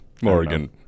Morgan